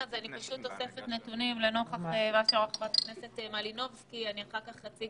אוספת נתונים לאור דבריה של חברת הכנסת מלינובסקי ואחר כך אציג